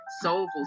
soulful